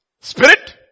spirit